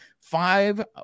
five